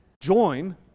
join